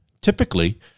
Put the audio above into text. Typically